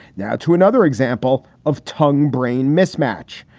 now to another example of tongue brain mismatch.